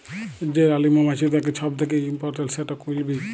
যে রালী মমাছিট থ্যাকে ছব that important, set will bee